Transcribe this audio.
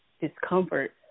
discomfort